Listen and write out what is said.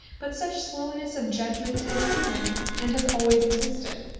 but such slowness of judgment is human and has always existed.